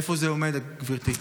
איפה זה עומד, גברתי?